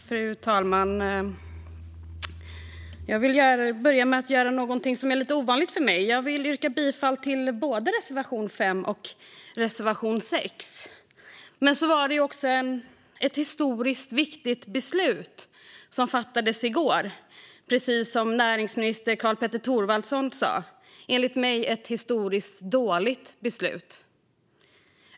Fru talman! Jag vill börja med att göra någonting som är lite ovanligt för mig. Jag vill yrka bifall till både reservation 5 och reservation 6. Så var det också ett historiskt viktigt beslut som fattades i går, precis som näringsminister Karl-Petter Thorwaldsson sa. Enligt mig var det ett historiskt dåligt beslut.